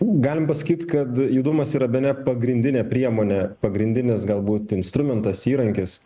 galim pasakyt kad judumas yra bene pagrindinė priemonė pagrindinis galbūt instrumentas įrankis